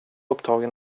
upptagen